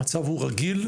המצב הוא רגיל?